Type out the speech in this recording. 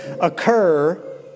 occur